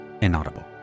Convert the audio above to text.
inaudible